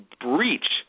breach